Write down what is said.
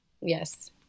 Yes